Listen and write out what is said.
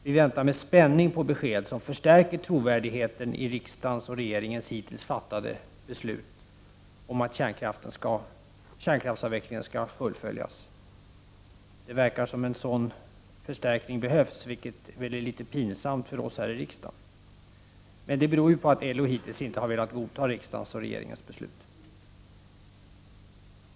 Vi väntar med spänning på besked som förstärker trovärdigheten i riksdagens och regeringens hittills fattade beslut om att kärnkraftsavvecklingen skall fullföljas. Det förefaller nödvändigt med en sådan förstärkning, vilket väl är litet pinsamt för oss ledamöter av riksdagen, men orsaken är ju att LO hittills inte velat godta riksdagens och regeringens beslut.